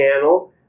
panel